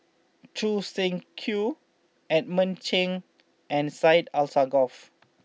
Choo Seng Quee Edmund Cheng and Syed Alsagoff